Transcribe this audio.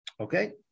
Okay